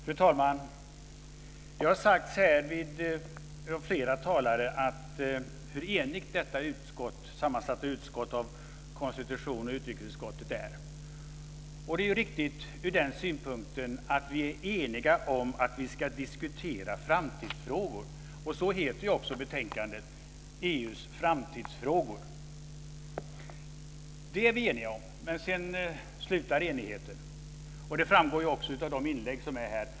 Fru talman! Det har påpekats av flera talare hur enigt detta av konstitutionsutskottet och utrikesutskottet sammansatta utskott är. Det är riktigt ur den synpunkten att vi är eniga om att vi ska diskutera framtidsfrågor. Så heter också betänkandet, EU:s framtidsfrågor. Det är vi eniga om. Men sedan slutar enigheten. Det framgår också av de inlägg som gjorts här.